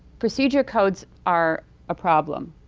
procedure codes are a problem.